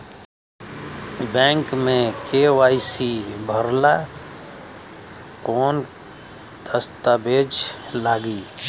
Bank मे KYC भरेला कवन दस्ता वेज लागी?